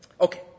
Okay